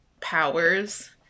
powers